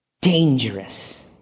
Dangerous